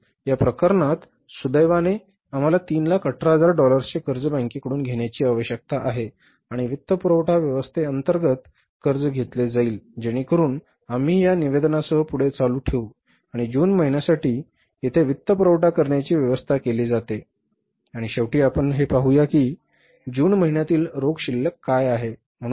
परंतु या प्रकरणात सुदैवाने आम्हाला 318000 डॉलर्सचे कर्ज बॅंकेकडून घेण्याची आवश्यकता आहे आणि वित्तपुरवठा व्यवस्थे अंतर्गत कर्ज घेतले जाईल जेणेकरुन आम्ही हे या निवेदनासह पुढे चालू ठेवू आणि जून महिन्यासाठी येथे वित्तपुरवठा करण्याची व्यवस्था केली जाते आणि शेवटी आपण पाहूया की जून महिन्यातील रोख शिल्लक काय आहे